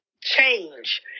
change